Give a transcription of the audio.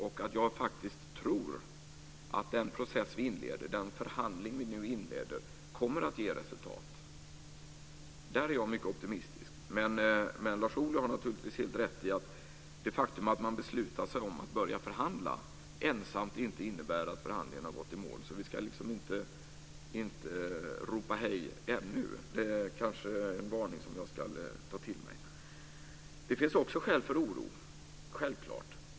Jag tror faktiskt att den förhandlingsprocess som vi inledde kommer att ge resultat. Om detta är jag mycket optimistisk, men Lars Ohly har naturligtvis helt rätt i att det faktum att man beslutat sig för att börja förhandla inte i sig innebär att förhandlingarna har gått i mål. Vi ska inte ropa hej ännu - det är kanske en varning som jag ska ta till mig. Det finns självklart också skäl för oro.